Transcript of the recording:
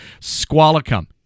Squalicum